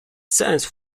sens